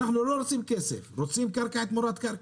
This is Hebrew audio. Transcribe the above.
הם רוצים קרקע תמורת קרקע.